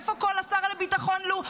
איפה השר לביטחון לאומי?